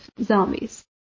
zombies